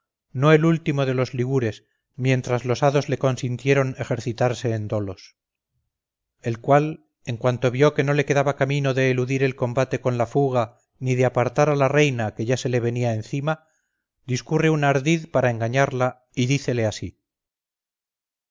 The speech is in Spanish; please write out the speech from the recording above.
no el último de los ligures mientras los hados le consintieron ejercitarse en dolos el cual en cuanto vio que no le quedaba camino de eludir el combate con la fuga ni de apartar a la reina que ya se le venía encima discurre un ardid para engañarla y dícele así